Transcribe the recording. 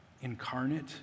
incarnate